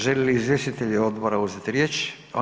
Žele li izvjestitelji odbora uzeti riječ?